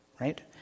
right